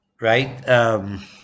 right